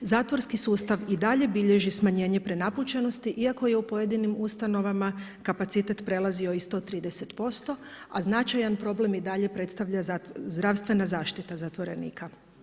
Zatvorski sustav i dalje bilježi smanjenje prenapučenosti, iako je u pojedinim ustanovama kapacitet prelazio i 130%, a značajan problem i dalje predstavlja zdravstvena zaštita zatvorenika.